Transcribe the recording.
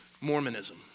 Mormonism